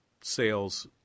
sales